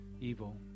evil